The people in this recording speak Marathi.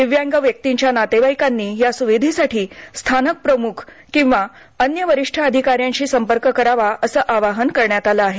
दिव्यांग व्यक्तींच्या नातेवाईकांनी या सुविधेसाठी स्थानक प्रमुख अथवा अन्य वरिष्ठ अधिकाऱ्यांशी संपर्क करावा असं आवाहन करण्यात आलं आहे